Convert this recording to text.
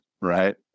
right